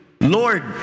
Lord